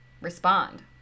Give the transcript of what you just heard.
respond